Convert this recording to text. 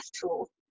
tool